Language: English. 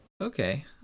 Okay